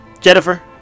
Jennifer